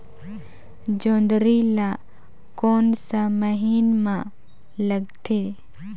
जोंदरी ला कोन सा महीन मां लगथे?